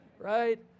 right